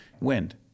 Wind